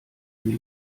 die